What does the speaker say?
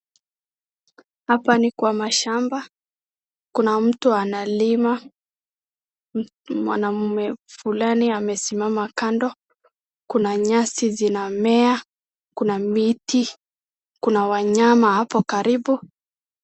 Hapa ni kwa mashamba kuna mtu analima, mwanaume fulani amesimama kando kuna nyasi zinamea kuna miti kuna wanyama hapo karibu.